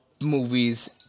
movies